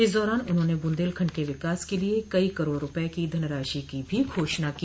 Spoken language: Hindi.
इस दौरान उन्होंने बुंदेलखंड के विकास के लिये कई करोड़ रूपये धनराशि की घोषणा भी की